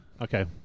Okay